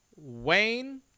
Wayne